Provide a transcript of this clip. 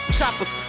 Choppers